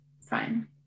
fine